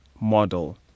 model